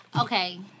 okay